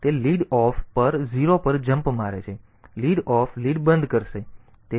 તેથી તે lead off પર 0 પર જમ્પ મારે છે લીડ ઓફ લીડ બંધ કરશે